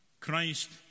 Christ